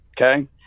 okay